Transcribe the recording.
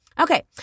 Okay